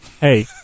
hey